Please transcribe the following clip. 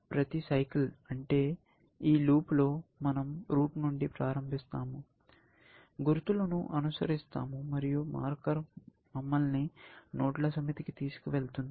ప్రతి సైకిల్ అంటే ఈ లూప్లో మనం రూట్ నుండి ప్రారంభిస్తాము గుర్తులను అనుసరిస్తాము మరియు మార్కర్ మమ్మల్ని నోడ్ల సమితికి తీసుకువెళుతుంది